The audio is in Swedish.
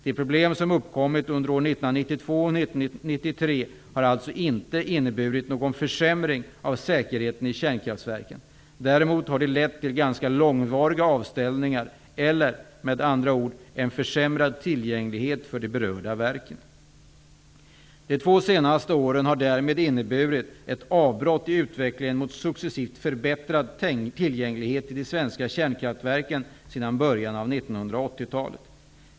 De problem som uppkommit under åren 1992 och 1993 har alltså inte inneburit någon försämring av säkerheten i kärnkraftsverken. Däremot har de lett till ganska långvariga avställningar eller, med andra ord, en försämrad tillgänglighet för de berörda verken. De två senaste åren har därmed inneburit ett avbrott i utvecklingen mot en successivt förbättrad tillgänglighet i de svenska kärnkraftverken sedan början av 1980-talet.